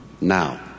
now